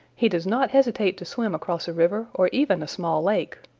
he does not hesitate to swim across a river or even a small lake.